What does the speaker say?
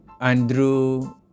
Andrew